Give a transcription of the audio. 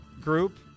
group